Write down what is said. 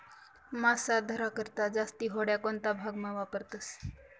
मासा धरा करता जास्ती होड्या कोणता भागमा वापरतस